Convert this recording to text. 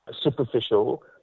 superficial